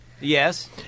Yes